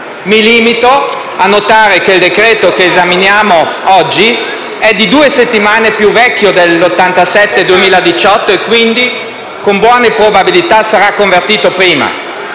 Mi limito a notare che il decreto-legge che esaminiamo oggi è di due settimane più vecchio del decreto-legge n. 87 del 2018 e, quindi, con buone probabilità sarà convertito prima.